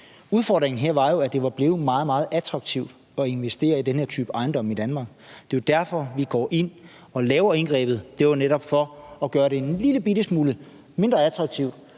Udfordringen her var jo, at det var blevet meget attraktivt at investere i den her type ejendomme i Danmark. Det er jo derfor, vi går ind og laver indgrebet, altså netop for at gøre det en lillebitte smule mindre attraktivt,